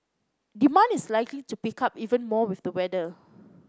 demand is likely to pick up even more with the weather